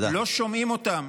לא שומעים אותם